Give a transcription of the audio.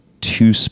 two